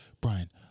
Brian